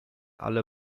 alle